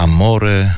Amore